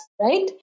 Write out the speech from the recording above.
right